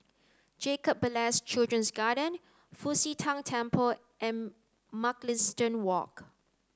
Jacob Ballas Children's Garden Fu Xi Tang Temple and Mugliston Walk